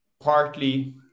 partly